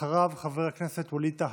אחריו, חבר הכנסת ווליד טאהא.